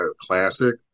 classic